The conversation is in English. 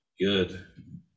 good